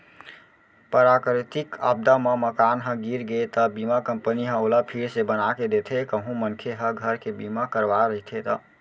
पराकरितिक आपदा म मकान ह गिर गे त बीमा कंपनी ह ओला फिर से बनाके देथे कहूं मनखे ह घर के बीमा करवाय रहिथे ता